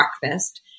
breakfast